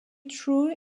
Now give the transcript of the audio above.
true